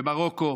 במרוקו,